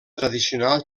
tradicional